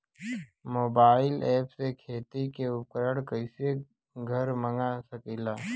Mobile ऐपसे खेती के उपकरण कइसे घर मगा सकीला?